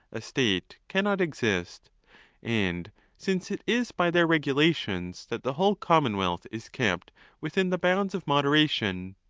a state cannot exist and since it is by their regulations that the whole commonwealth is kept within the bounds of moderation.